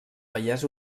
vallès